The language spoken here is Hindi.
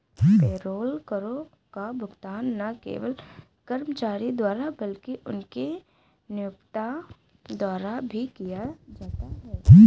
पेरोल करों का भुगतान न केवल कर्मचारी द्वारा बल्कि उनके नियोक्ता द्वारा भी किया जाता है